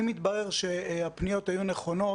אם יתברר שהפניות היו נכונות,